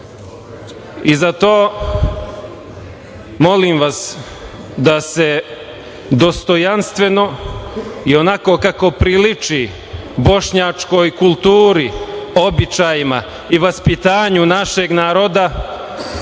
vas molim, da se dostojanstveno, i onako kako priliči bošnjačkoj kulturi, običajima i vaspitanju našeg naroda